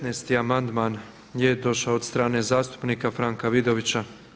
15. amandman je došao od strane zastupnika Franka Vidovića.